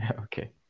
okay